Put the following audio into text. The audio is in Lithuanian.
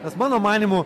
nes mano manymu